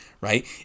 right